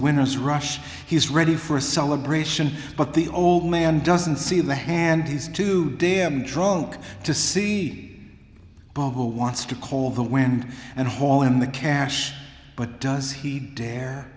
winners rush he's ready for a celebration but the old man doesn't see the hand is too damn drug to see who wants to call the wind and haul him the cash but does he dare